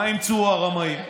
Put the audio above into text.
מה המציאו הרמאים?